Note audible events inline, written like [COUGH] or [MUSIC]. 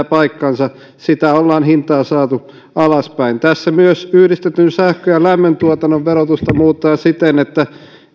[UNINTELLIGIBLE] paikkansa sitä hintaa ollaan saatu alaspäin tässä myös yhdistetyn sähkön ja lämmön tuotannon verotusta muutetaan siten että